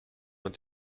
man